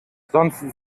sonst